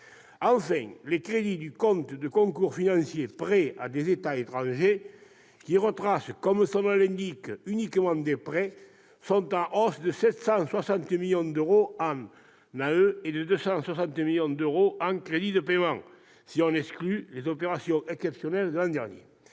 Enfin, les crédits du compte de concours financiers « Prêts à des États étrangers », qui, comme son nom l'indique, retrace uniquement des prêts, sont en hausse de 760 millions d'euros en autorisations d'engagement et de 260 millions d'euros en crédits de paiement, si l'on exclut les opérations exceptionnelles de l'an dernier.